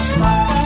Smile